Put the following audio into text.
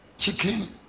Chicken